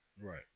Right